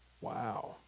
Wow